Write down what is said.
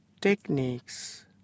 techniques